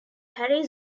harry